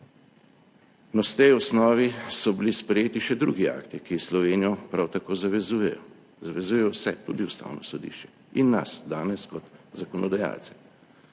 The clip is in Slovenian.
Na tej osnovi so bili sprejeti še drugi akti, ki Slovenijo prav tako zavezujejo, zavezujejo vse, tudi Ustavno sodišče in nas danes kot zakonodajalce.